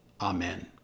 Amen